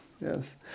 yes